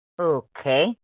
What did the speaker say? Okay